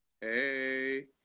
Hey